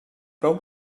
prou